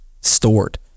stored